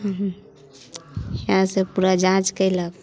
इएहसभ पूरा जाँच कयलक